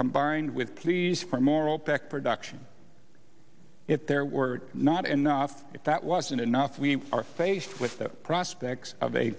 combined with pleas for moral back production if there were not enough if that wasn't enough we are faced with the prospect of a